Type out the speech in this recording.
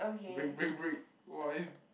break break break !wah! is